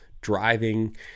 driving